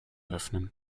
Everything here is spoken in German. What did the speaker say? öffnen